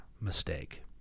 mistake